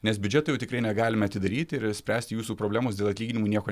nes biudžeto jau tikrai negalime atidaryti ir spręsti jūsų problemos dėl atlyginimų nieko